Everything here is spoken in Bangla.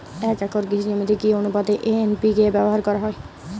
এক একর কৃষি জমিতে কি আনুপাতে এন.পি.কে ব্যবহার করা হয়?